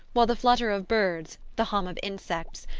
while the flutter of birds, the hum of insects,